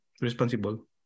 responsible